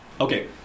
Okay